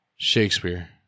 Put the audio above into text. Shakespeare